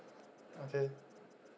okay